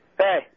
Hey